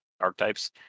archetypes